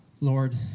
Lord